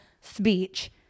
speech